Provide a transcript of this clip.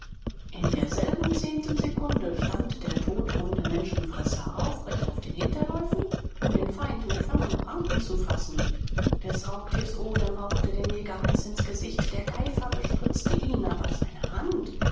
in derselben zehntelsekunde stand der todwunde menschenfresser aufrecht auf den hinterläufen um den feind mit fang und pranken zu fassen des raubtiers odem hauchte dem jäger heiß ins gesicht der geifer bespritzte ihn aber seine hand